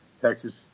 Texas